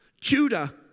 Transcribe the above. Judah